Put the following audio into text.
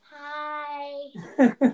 Hi